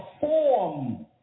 form